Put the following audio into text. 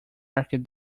market